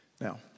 Now